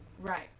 Right